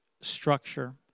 structure